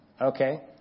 Okay